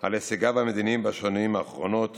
על הישגיו המדיניים בשנים האחרונות